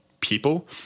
people